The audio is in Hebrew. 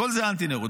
זה אנטי-נאורות.